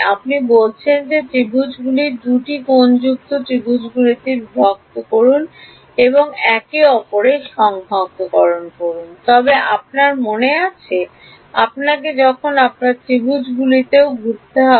আপনি বলছেন যে ত্রিভুজগুলিকে দুটি সমকোণযুক্ত ত্রিভুজে বিভক্ত করুন এবং একে অপরের সংহতকরণ করুন তবে আপনার মনে আছে আপনাকে তখন আপনার ত্রিভুজগুলিকে ঘোরাতে হবে